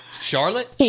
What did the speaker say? charlotte